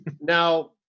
Now